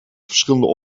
verschillende